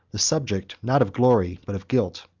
the subject, not of glory, but of guilt,